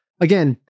again